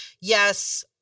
yes